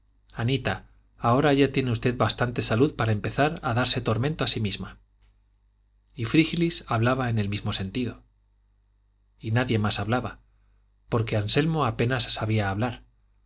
anita ahora ya tiene usted bastante salud para empezar a darse tormento a sí misma y frígilis hablaba en el mismo sentido y nadie más hablaba porque anselmo apenas sabía hablar